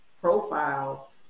profile